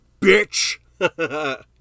bitch